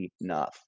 enough